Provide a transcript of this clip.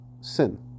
sin